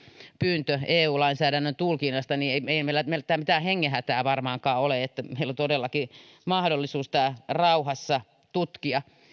pyyntö eu lainsäädännön tulkinnasta niin ei meillä mitään hengenhätää varmaankaan ole ja meillä on todellakin mahdollisuus tämä rauhassa tutkia